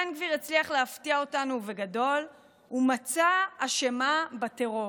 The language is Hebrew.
בן גביר הצליח להפתיע אותנו ובגדול ומצא אשמה בטרור,